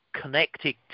connected